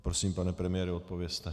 Prosím, pane premiére, odpovězte.